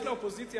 יש לאופוזיציה,